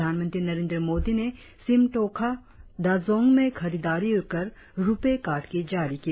प्रधानमंत्री नरेंद्र मोदी ने सिमटोखा दजोंग में खरीदारी कर रुपे कार्ड जारी किया